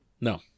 No